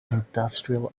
industrial